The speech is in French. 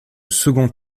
second